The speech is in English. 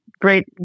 great